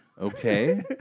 Okay